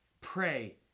Pray